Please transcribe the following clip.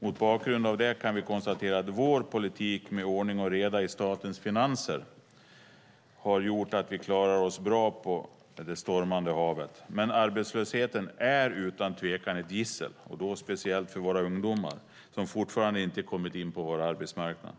Mot bakgrund av det kan vi konstatera att vår politik med ordning och reda i statens finanser har gjort att vi klarat oss bra på det stormande havet. Men arbetslösheten är utan tvekan ett gissel, speciellt för våra ungdomar som fortfarande inte kommit in på vår arbetsmarknad.